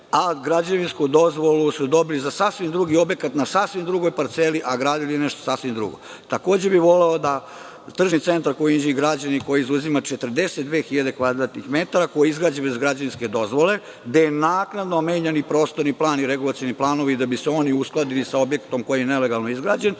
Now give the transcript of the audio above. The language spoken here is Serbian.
Građevinsku dozvolu su dobili za sasvim drugi objekata, na sasvim drugoj parceli, a gradili nešto sasvim drugo. Takođe bih voleo da tržni centar koji je građen u Inđiji i koji zauzima 42 hiljade kvadratnih metara, koji je izgrađen bez građevinske dozvole, gde su naknadno menjani i prostorni plan i regulacioni planovi da bi se oni uskladili sa objektom koji je nelegalno izgrađen,